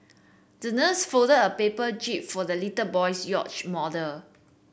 the nurse folded a paper jib for the little boy's yacht model